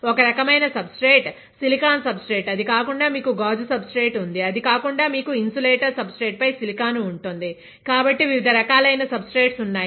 ఒక రకమైన substrate silicon substrate అది కాకుండా మీకు గాజు సబ్స్ట్రేట్ ఉంది అది కాకుండా మీకు ఇన్సులేటర్ సబ్స్ట్రేట్ పై సిలికాన్ ఉంటుంది కాబట్టి వివిధ రకాలైన సబ్స్ట్రేట్స్ ఉన్నాయి